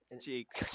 Cheeks